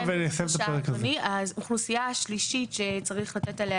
יש אוכלוסייה שלישית שצריך לתת עליה